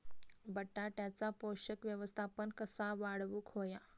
बटाट्याचा पोषक व्यवस्थापन कसा वाढवुक होया?